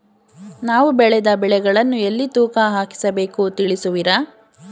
ನಾವು ಬೆಳೆದ ಬೆಳೆಗಳನ್ನು ಎಲ್ಲಿ ತೂಕ ಹಾಕಿಸ ಬೇಕು ತಿಳಿಸುವಿರಾ?